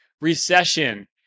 recession